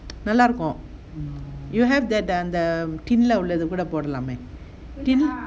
நல்லாருக்கும்:nallarukkum you have that அந்த:antha